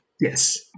Yes